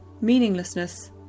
meaninglessness